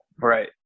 Right